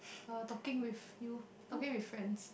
uh talking with you talking with friends